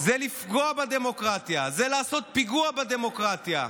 זה לפגוע בדמוקרטיה, זה לעשות פיגוע בדמוקרטיה.